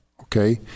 okay